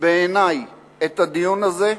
בעיני את הדיון הזה,